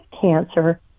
cancer